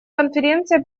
конференция